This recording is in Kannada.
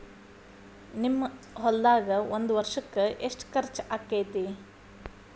ನಿಮ್ಮ ಹೊಲ್ದಾಗ ಒಂದ್ ವರ್ಷಕ್ಕ ಎಷ್ಟ ಖರ್ಚ್ ಆಕ್ಕೆತಿ?